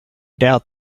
doubt